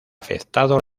afectado